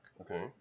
Okay